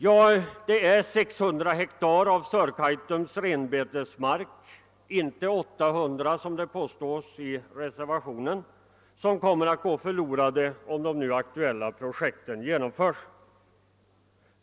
Ja, 600 ha av Sörkaitums renbetesmark — inte 800 ha såsom det påstås i reservationen — kommer att gå förlorade om de nu aktuella projekten genomförs.